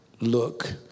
look